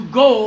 go